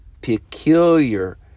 peculiar